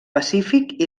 pacífic